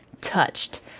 touched